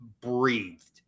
breathed